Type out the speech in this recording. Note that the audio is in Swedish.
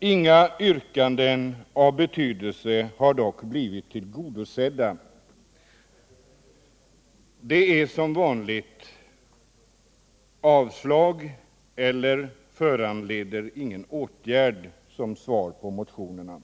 Inga yrkanden av betydelse har dock blivit tillgodosedda. Det är som vanligt ”avslag” eller ”föranleder ingen åtgärd” som svar på motionerna.